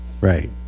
Right